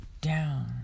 down